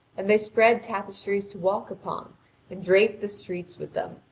and they spread tapestries to walk upon and drape the streets with them,